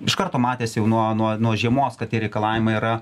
iš karto matėsi jau nuo nuo žemos kad tie reikalavimai yra